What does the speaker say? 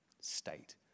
state